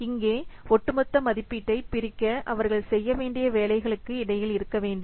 இங்கே ஒட்டுமொத்த மதிப்பீட்டைப் பிரிக்க அவர்கள் செய்ய வேண்டிய வேலைகளுக்கு இடையில் வேண்டும்